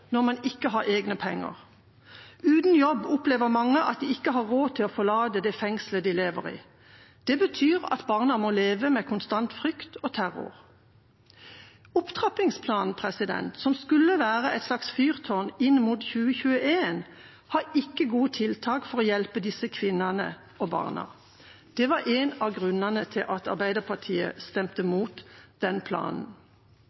når man ikke har egne penger. Uten jobb opplever mange at de ikke har råd til å forlate det fengselet de lever i. Det betyr at barna må leve med konstant frykt og terror. Opptrappingsplanen, som skulle være et slags fyrtårn inn mot 2021, har ikke gode tiltak for å hjelpe disse kvinnene og barna. Det var en av grunnene til at Arbeiderpartiet stemte